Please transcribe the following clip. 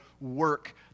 work